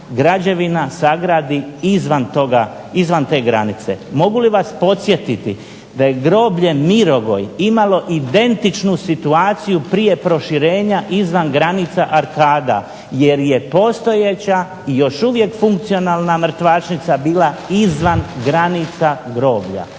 građevina sagradi izvan te granice. Mogu li vas podsjetiti da je groblje Mirogoj imalo identičnu situaciju prije proširenja izvan granice arkada jer je postojeća i još uvijek funkcionalna mrtvačnica bila izvan granica groblja.